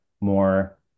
more